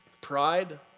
pride